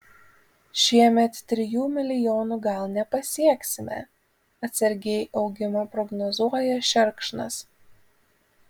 šiemet trijų milijonų gal nepasieksime atsargiai augimą prognozuoja šerkšnas